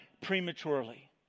prematurely